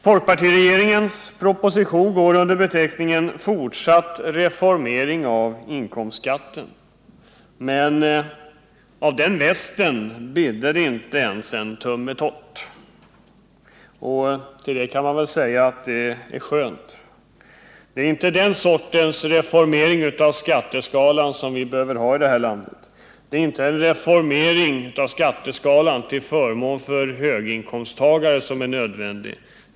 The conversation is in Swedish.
Folkpartiregeringens proposition går under beteckningen ”fortsatt reformering av inkomstskatten”, men av den västen bidde det inte ens en tummetott. Till detta kan man säga att det är skönt. Det är inte den sortens reformering av skatteskalan som vi behöver ha i det här landet. Det är inte en reformering av skatteskalan till förmån för höginkomsttagare som är nödvändig.